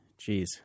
Jeez